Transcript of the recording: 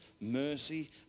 mercy